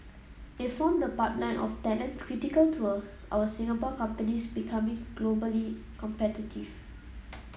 they form the pipeline of talent critical to our Singapore companies becoming globally competitive